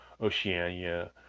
Oceania